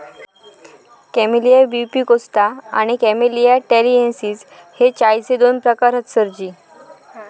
camellia pubicosta आणि camellia taliensis हे चायचे दोन प्रकार हत सरजी